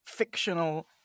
Fictional